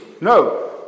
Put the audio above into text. no